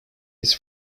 his